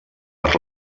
per